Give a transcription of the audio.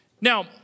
Now